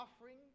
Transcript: offering